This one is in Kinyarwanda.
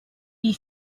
iyi